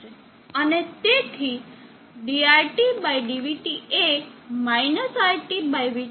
અને તેથી ditdvt એ - iTvT કરતા ઓછા છે